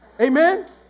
Amen